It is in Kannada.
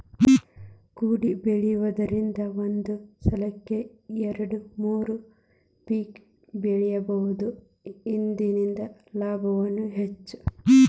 ಕೊಡಿಬೆಳಿದ್ರಂದ ಒಂದ ಸಲಕ್ಕ ಎರ್ಡು ಮೂರು ಪಿಕ್ ಬೆಳಿಬಹುದು ಇರ್ದಿಂದ ಲಾಭಾನು ಹೆಚ್ಚ